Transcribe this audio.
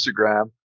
Instagram